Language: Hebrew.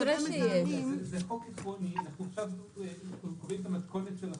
אנחנו עכשיו כותבים את המתכונת של החוק,